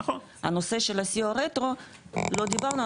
הנושא של הסיוע רטרו לא דיברנו,